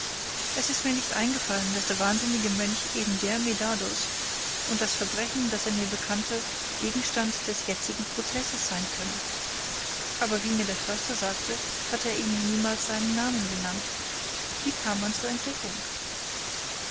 es ist mir nicht eingefallen daß der wahnsinnige mönch eben der medardus und das verbrechen das er mir bekannte gegenstand des jetzigen prozesses sein könne aber wie mir der förster sagte hatte er ihm niemals seinen namen genannt wie kam man zur entdeckung